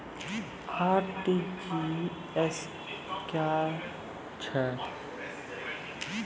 RTGS की होय छै?